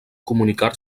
comunicar